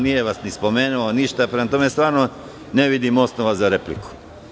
Nije vas ni spomenuo, prema tome ne vidim osnova za repliku.